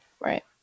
right